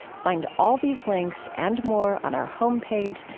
find all these links and more on our home page,